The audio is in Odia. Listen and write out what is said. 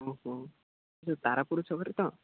ଓହୋ ସେ ତାରାପୁରୁ ଛକରେ ତ